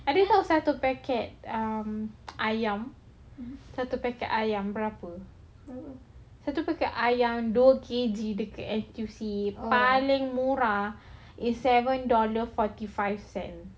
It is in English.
adik tahu satu packet um ayam satu packet ayam berapa satu packet ayam dua K_G N_T_U_C paling murah is seven dollar forty five cent